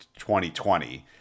2020